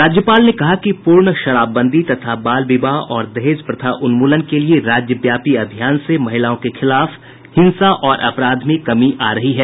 राज्यपाल ने कहा कि पूर्ण शराबबंदी तथा बाल विवाह और दहेज प्रथा उन्मूलन के लिए राज्यव्यापी अभियान से महिलाओं के खिलाफ हिंसा और अपराध में कमी आ रही है